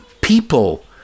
people